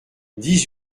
dix